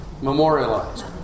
memorialized